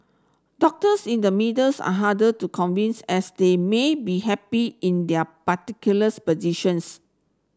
doctors in the middles are harder to convince as they may be happy in their particulars positions